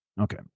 Okay